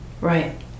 right